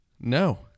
No